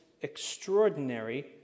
extraordinary